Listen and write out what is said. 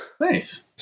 Nice